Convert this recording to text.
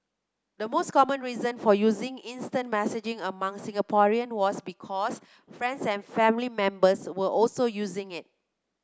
the most common reason for using instant messaging among Singaporean was because friends and family members were also using it